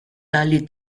tali